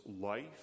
life